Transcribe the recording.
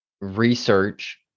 research